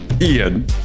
ian